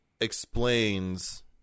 explains